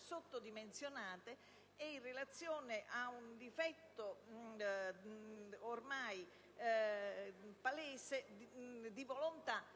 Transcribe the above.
sottodimensionate, e in relazione ad un difetto ormai palese della volontà